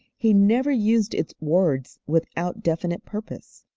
he never used its words without definite purpose.